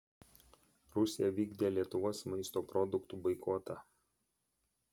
rusija vykdė lietuvos maisto produktų boikotą